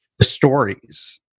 stories